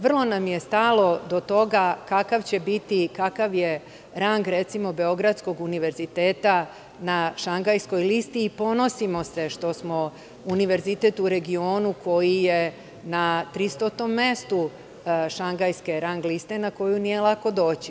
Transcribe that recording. Vrlo nam je stalo do toga kakav će biti, kakav je rang Beogradskog univerziteta na Šangajskoj listi i ponosimo se što smo univerzitet u regionu koji je na 300 mestu Šangajske rang liste na koju nije lako doći.